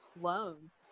loans